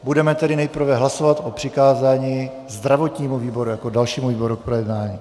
Budeme tedy nejprve hlasovat o přikázání zdravotnímu výboru jako dalšímu výboru k projednání.